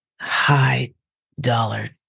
high-dollar